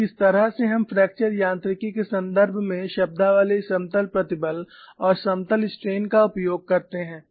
और किस तरह से हम फ्रैक्चर यांत्रिकी के संदर्भ में शब्दावली समतल प्रतिबल और समतल स्ट्रेन का उपयोग करते हैं